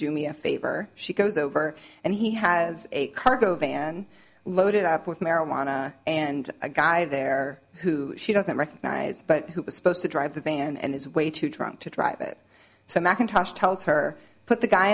do me a favor she goes over and he has a cargo van loaded up with marijuana and a guy there who she doesn't recognize but who was supposed to drive the van and is way too drunk to drive it so mcintosh tells her put the guy